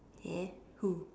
eh who